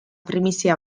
primizia